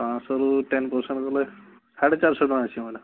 ପାଞ୍ଚ ଶହରୁ ten percent ଗଲେ ସାଢ଼େ ଚାରିଶହ ଟଙ୍କା ଆସିବ ମ୍ୟାଡ଼ାମ୍